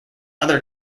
other